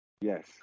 Yes